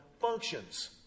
functions